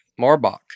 Marbach